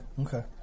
okay